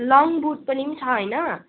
long boot पनि छ होइन